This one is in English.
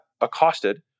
accosted